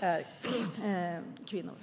är kvinnor.